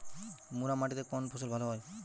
মুরাম মাটিতে কোন ফসল ভালো হয়?